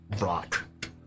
rock